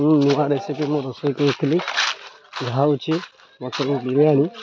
ମୁଁ ନୂଆ ରେସିପି ମୁଁ ରୋଷେଇ କରିଥିଲି ଯାହା ହେଉଛି ମୋତେ ମୋ ବିରିୟାନୀ